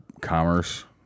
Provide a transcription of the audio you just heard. commerce